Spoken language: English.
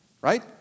Right